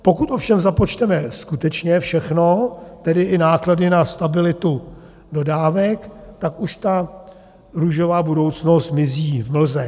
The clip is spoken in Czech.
Pokud ovšem započteme skutečně všechno, tedy i náklady na stabilitu dodávek, tak už ta růžová budoucnost mizí v mlze.